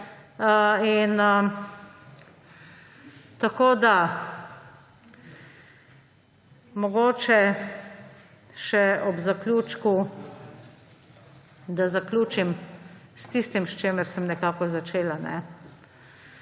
Tako da … Mogoče še ob zaključku, da zaključim s tistim, s čimer sem nekako začela.